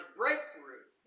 breakthrough